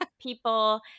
people